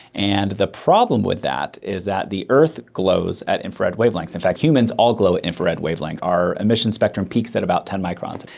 and the problem with that is that the earth glows at infrared wavelengths. in fact humans all glow at infrared wavelengths. our emissions spectrum peaks at about ten microns,